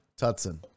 Tutson